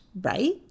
right